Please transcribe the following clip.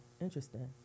Interesting